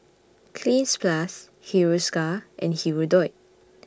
Cleanz Plus Hiruscar and Hirudoid